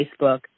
Facebook